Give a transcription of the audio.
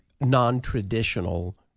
non-traditional